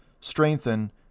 strengthen